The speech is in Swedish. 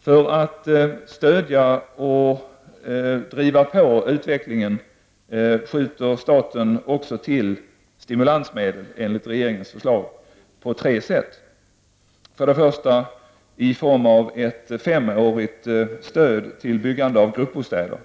För att stödja och driva på utvecklingen skjuter staten också till stimulansmedel, enligt regeringens förslag, på tre sätt. För det första sker det i form av ett femårigt stöd till byggande av gruppbostäder.